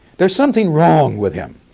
there's something wrong with him.